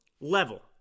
level